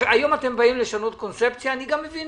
היום אתם באים לשנות קונספציה ואני גם מבין